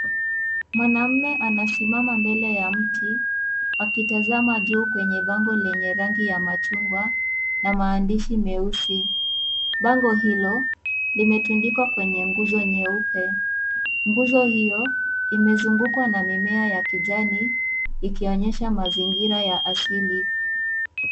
Mwanaume anasimama mbele ya mti, akitazama juu kwenye pango lenye rangi ya machungwa, na maandishi meusi. Pango hilo, limetundikwa kwenye nguzo nyeupe. Nguzo hiyo, imezungukwa na mimea ya kijani, ikionyesha mazingira ya asili.